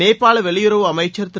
நேபாள வெளியுறவு அமைச்சர் திரு